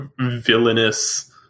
Villainous